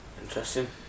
Interesting